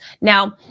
now